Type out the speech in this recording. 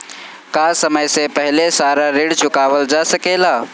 का समय से पहले सारा ऋण चुकावल जा सकेला?